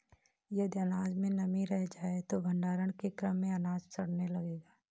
यदि अनाज में नमी रह जाए तो भण्डारण के क्रम में अनाज सड़ने लगेगा